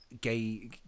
gay